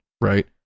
right